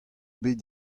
bet